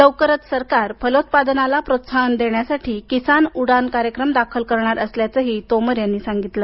लवकरच सरकार फलोत्पादनाला प्रोत्साहन देण्यासाठी किसान उडान कार्यक्रम दाखल करणार असल्याचंही त्यांनी यावेळी सांगितलं